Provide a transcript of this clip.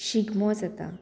शिगमो जाता